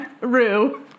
Rue